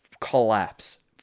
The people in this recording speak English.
collapse